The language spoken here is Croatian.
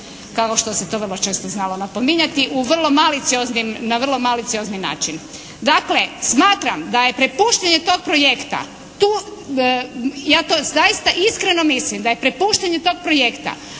kao što se to vrlo često znalo napominjati u vrlo malicioznim, na vrlo maliciozni način. Dakle, smatram da je prepuštanje tog projekta ja to zaista iskreno mislim, da je prepuštanje tog projekta,